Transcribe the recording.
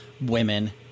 women